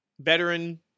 Veteran